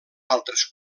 altres